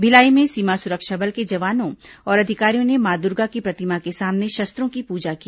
भिलाई में सीमा सुरक्षा बल के जवानों और अधिकारियों ने मां दुर्गा की प्रतिमा के सामने शस्त्रों की पूजा की